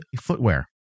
footwear